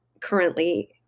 currently